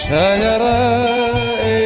Shayara